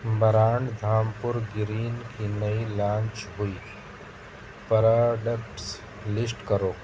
brand Dhampur green کی نئی launch ہوئی پراڈکٹس لسٹ کرو